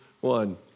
one